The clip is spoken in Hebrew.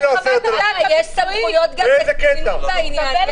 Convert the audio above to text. תן לו 10,000. יש סמכויות גם לקצין בעניין.